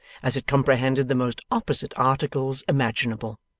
as it comprehended the most opposite articles imaginable.